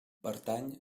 pertany